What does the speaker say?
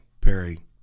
Perry